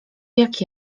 jak